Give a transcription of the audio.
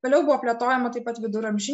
toliau buvo plėtojama taip pat viduramžių